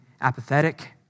apathetic